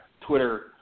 Twitter